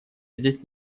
здесь